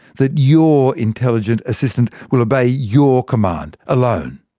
that your intelligent assistant will obey your command alone.